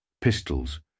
pistols